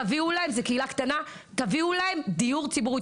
תביאו להם, זו קהילה קטנה, תביאו להם דיור ציבורי.